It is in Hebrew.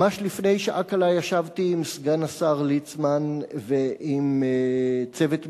ממש לפני שעה קלה ישבתי עם סגן השר ליצמן ועם צוות משרדו,